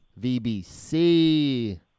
VBC